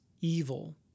evil